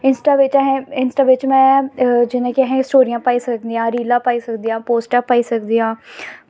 Insta बिच्च असें Insta बिच्च जि'यां कि में स्टोरियां पाई सकदे आं रीलां पाई सकदे आं पोस्टां पाई सकदे आं